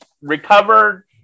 recovered